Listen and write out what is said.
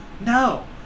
no